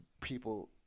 people